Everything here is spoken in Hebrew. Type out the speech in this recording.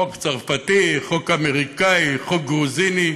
חוק צרפתי, חוק אמריקני, חוק גרוזיני,